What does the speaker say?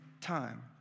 time